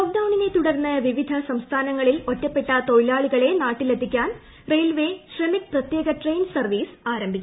ലോക് ഡൌണിനെ തുടർന്ന് വിവിധ സംസ്ഥാനങ്ങളിൽ ഒറ്റപ്പെട്ട തൊഴിലാളികളെ നാട്ടിലെത്തിക്കാൻ റെയിൽവേ ശ്രമിക് പ്രത്യേക ട്രെയിൻ സർവ്വീസ് ആരംഭിച്ചു